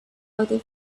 other